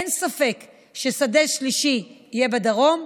אין ספק ששדה שלישי יהיה בדרום,